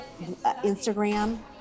Instagram